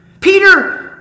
Peter